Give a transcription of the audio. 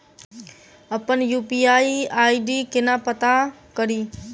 अप्पन UPI ID केना पत्ता कड़ी?